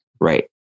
Right